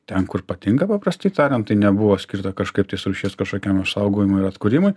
ten kur patinka paprastai tariant tai nebuvo skirta kažkaip tais rūšies kažkokiam išsaugojimui ir atkūrimui